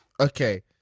okay